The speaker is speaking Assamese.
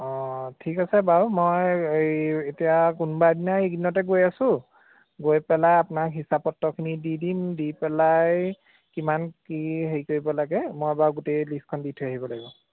অঁ ঠিক আছে বাৰু মই এই এতিয়া কোনোবা এদিনা এইকেইদিনতে গৈ আছোঁ গৈ পেলাই আপোনাৰ হিচাপপত্ৰখিনি দি দিম দি পেলাই কিমান কি হেৰি কৰিব লাগে মই বাৰু গোটেই লিষ্টখন দি থৈ আহিব লাগিব